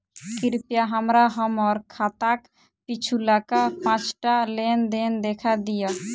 कृपया हमरा हम्मर खाताक पिछुलका पाँचटा लेन देन देखा दियऽ